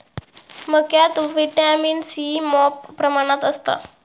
मक्यात vitamin C मॉप प्रमाणात असता